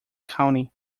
county